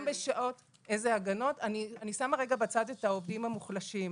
אני שמה רגע בצד את העובדים המוחלשים.